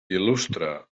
il·lustra